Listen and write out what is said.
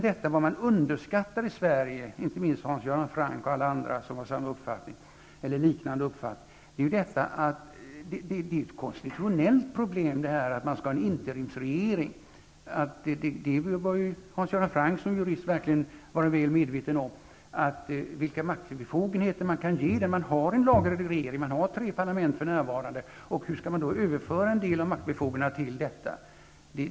Det man underskattar i Sverige, inte minst Hans Göran Franck och alla andra med liknande uppfattning, är att det är ett konstiutionellt problem att tillsätta en interimsregering. Hans Göran Franck som jurist bör verkligen vara väl medveten om vilka maktbefogenheter man kan ge när man har lagar och det finns en regering. Man har tre parlament för närvarande. Hur skall man då överföra en del av maktbefogenheterna till en interimsregering?